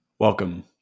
Welcome